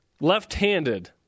Left-handed